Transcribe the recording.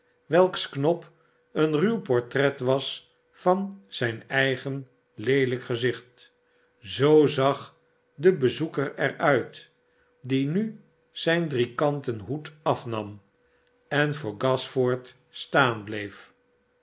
welks knop een ruw portret was van zijn eigen leelijk gezicht zoo zag de bezoeker er uit die nu zijn driekanten hoed afnam en voor gashford staan bleef